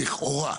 לכאורה,